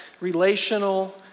relational